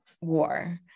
war